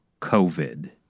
covid